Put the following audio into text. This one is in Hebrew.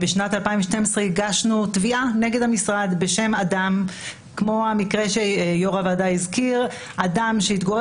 בשנת 2012 הגשנו תביעה נגד המשרד בשם אדם שהתגורר ברעננה